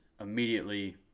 immediately